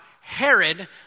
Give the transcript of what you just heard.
Herod